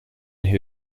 who